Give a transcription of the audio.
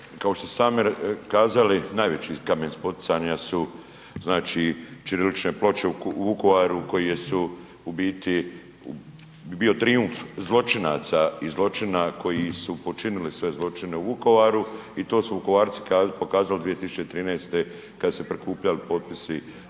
što ste sami kazali, najveći kamen spoticanja su, znači, ćirilične ploče u Vukovaru, koje su u biti, bio bi trijumf zločinaca i zločina koji su počinili sve zločine u Vukovaru, i to su Vukovarci pokazali 2013.-te kad su se prikupljali potpisi